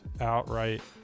outright